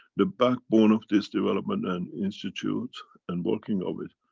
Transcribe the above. the backbone of this development and institute and working of it,